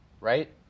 Right